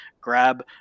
grab